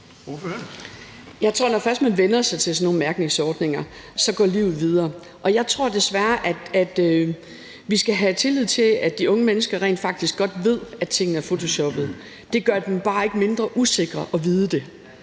Jeg tror, at når først man vænner sig til sådan nogle mærkningsordninger, går livet videre. Jeg tror desværre, at vi skal have tillid til, at de unge mennesker rent faktisk godt ved, at tingene er photoshoppede. Det gør dem bare ikke mindre usikre at vide det.